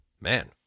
Man